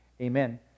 Amen